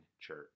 Church